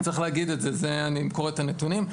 צריך להגיד את זה, אני קורא את הנתונים.